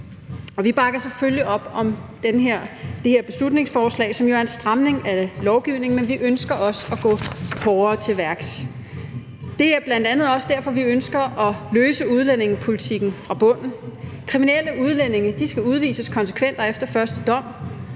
Vi bakker selvfølgelig op om det her beslutningsforslag, som jo er en stramning af lovgivningen, men vi ønsker også at gå hårdere til værks. Det er bl.a. også derfor, at vi ønsker at løse udlændingeproblemet fra bunden. Kriminelle udlændinge skal udvises konsekvent og efter første dom,